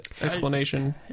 explanation